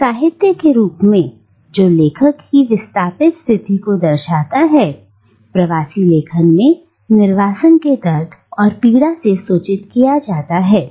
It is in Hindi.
एक साहित्य के रूप में जो लेखक की विस्थापित स्थिति को दर्शाता है प्रवासी लेखन में निर्वासन के दर्द और पीड़ा से सूचित किया जाता है